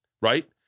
right